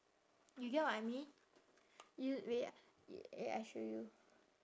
you get what I mean you wait wait I show you